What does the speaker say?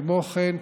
כמו כן,